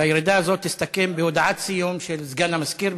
והירידה הזאת תסתכם בהודעת סיום של סגן המזכירה.